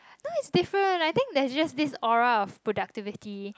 no it's different I think they just aura of productivity